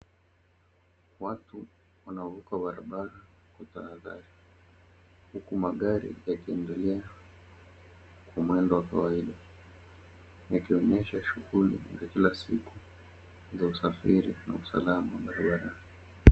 Watu wanaovuka barabara kwa tahadhari, huku magari yakiendelea kwa mwendo wa kawaida, yakionesha shughuli za kila siku za usafiri na usalama barabarani.